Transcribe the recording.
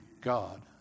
God